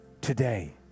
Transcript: today